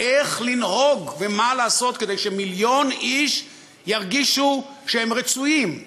איך לנהוג ומה לעשות כדי שמיליון איש ירגישו שהם רצויים,